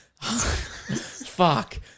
Fuck